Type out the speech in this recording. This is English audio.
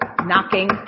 knocking